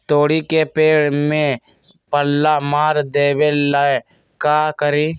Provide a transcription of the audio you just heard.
तोड़ी के पेड़ में पल्ला मार देबे ले का करी?